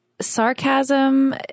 sarcasm